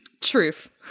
truth